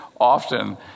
often